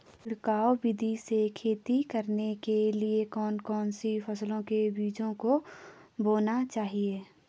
छिड़काव विधि से खेती करने के लिए कौन कौन सी फसलों के बीजों को बोना चाहिए?